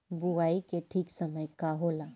बुआई के ठीक समय का होला?